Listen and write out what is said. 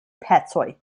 pecoj